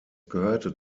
gehörte